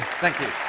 thank you